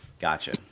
Gotcha